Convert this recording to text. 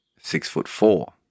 Six-foot-four